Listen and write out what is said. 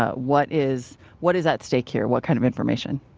ah what is what is at stake here? what kind of information?